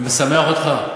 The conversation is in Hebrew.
זה משמח אותך?